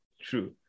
true